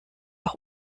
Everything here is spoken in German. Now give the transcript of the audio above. auch